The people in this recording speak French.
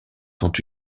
sont